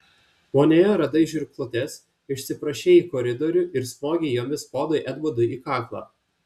vonioje radai žirklutes išsiprašei į koridorių ir smogei jomis ponui edmundui į kaklą